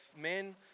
men